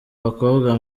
bakobwa